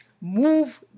Move